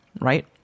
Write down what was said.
right